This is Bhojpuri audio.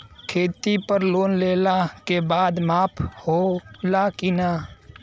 खेती पर लोन लेला के बाद माफ़ होला की ना?